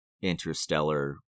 interstellar